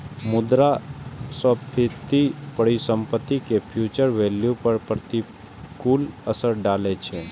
मुद्रास्फीति परिसंपत्ति के फ्यूचर वैल्यू पर प्रतिकूल असर डालै छै